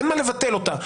אין מה לבטל אותה.